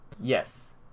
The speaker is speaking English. Yes